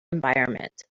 environment